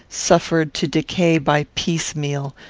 suffered to decay by piecemeal,